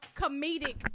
comedic